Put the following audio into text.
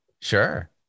Sure